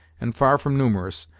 and far from numerous,